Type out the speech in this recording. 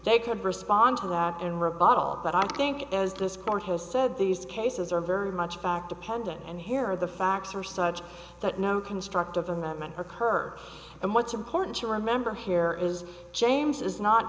they could respond to that in rebuttal but i think as this court has said these cases are very much fact dependent and here the facts are such that no constructive amendment occurred and what's important to remember here is james is not